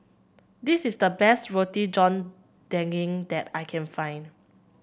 this is the best Roti John Daging that I can find